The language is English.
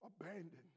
abandoned